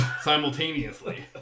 simultaneously